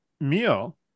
meal